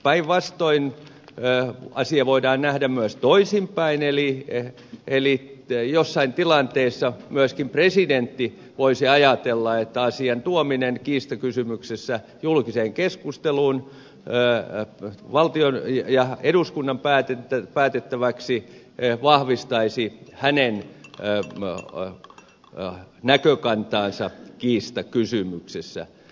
päinvastoin asia voidaan nähdä myös toisinpäin eli jossain tilanteessa myöskin presidentti voisi ajatella että asian tuominen kiistakysymyksessä julkiseen keskusteluun eduskunnan päätettäväksi vahvistaisi hänen näkökantaansa kiistakysymyksessä